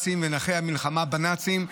החוק.